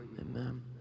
Amen